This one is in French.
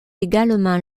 également